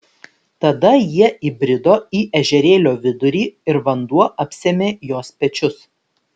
tada jie įbrido į ežerėlio vidurį ir vanduo apsėmė jos pečius